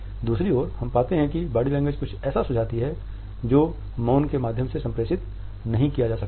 दूसरी ओर हम पाते हैं कि बॉडी लैंग्वेज कुछ ऐसा सुझाती है जो मौन के माध्यम से संप्रेषित नहीं किया जा सकता था